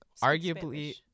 arguably